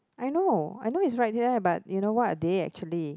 I know I know it's right there but you know what are they actually